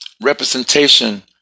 representation